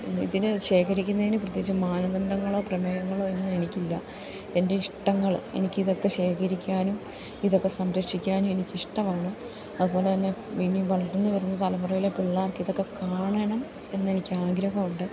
ഇതിനു ശേഖരിക്കുന്നതിനു പ്രത്യേകിച്ചു മാനാദണ്ഡങ്ങളോ പ്രമേയങ്ങളോ ഒന്നും എനിക്കില്ല എൻ്റെ ഇഷ്ടങ്ങള് എനിക്കിതൊക്കെ ശേഖരിക്കാനും ഇതൊക്കെ സംരക്ഷിക്കാനും എനിക്കിഷ്ടമാണ് അതുപോലെ തന്നെ ഇനി വളർന്നുവരുന്ന തലമുറയിലെ പിള്ളേർക്ക് ഇതൊക്കെ കാണണം എന്നെനിക്ക് ആഗ്രഹം ഉണ്ട്